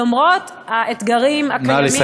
למרות האתגרים הקיימים,